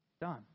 Done